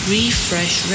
Refresh